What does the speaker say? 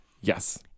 Yes